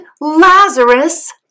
Lazarus